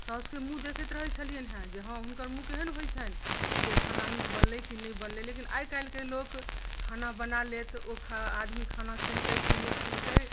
साउसकेँ मुँह देखैत रहै छलिये हँ जे हँ हुनकर मुँह केहन होइ छनि जे खाना नीक बनलै कि नहि बनलै लेकिन आइ काल्हि के लोक खाना बना लेत आदमी खाना खेलकै कि नहि खेलकै